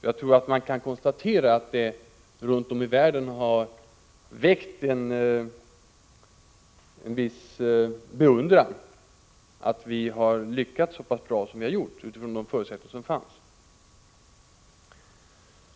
Jag tror att man kan konstatera att det runt om i världen har väckt en viss beundran att vi har lyckats så pass bra som vi har gjort utifrån de förutsättningar som fanns.